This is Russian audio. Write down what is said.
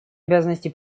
обязанности